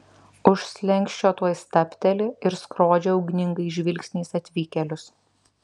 už slenksčio tuoj stabteli ir skrodžia ugningais žvilgsniais atvykėlius